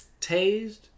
tased